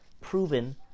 proven